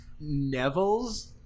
Neville's